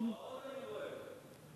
יש הוראות,